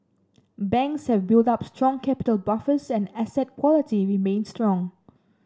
banks have built up strong capital buffers and asset quality remains strong